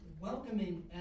welcoming